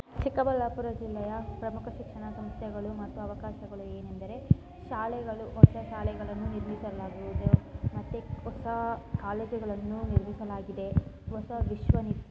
ಚಿಕ್ಕಬಳ್ಳಾಪುರ ಜಿಲ್ಲೆಯ ಪ್ರಮುಖ ಶಿಕ್ಷಣ ಸಂಸ್ಥೆಗಳು ಮತ್ತು ಅವಕಾಶಗಳು ಏನೆಂದರೆ ಶಾಲೆಗಳು ಹೊಸ ಶಾಲೆಗಳನ್ನು ನಿರ್ಮಿಸಲಾಗುವುದು ಮತ್ತೆ ಹೊಸಾ ಕಾಲೇಜುಗಳನ್ನು ನಿರ್ಮಿಸಲಾಗಿದೆ ಹೊಸ ವಿಶ್ವನಿ